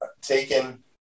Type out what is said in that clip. taken